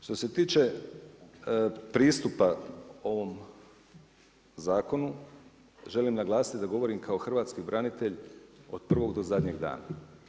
Što se tiče pristupa ovom zakonu želim naglasiti da govorim kao hrvatski branitelj od prvog do zadnjeg dana.